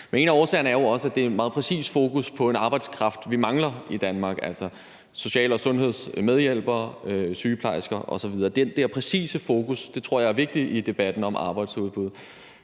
Men en af årsagerne er jo også, at der er et meget præcist fokus på en arbejdskraft, vi mangler i Danmark, altså social- og sundhedshjælpere, sygeplejersker osv., og det der præcise fokus i debatten om arbejdsudbud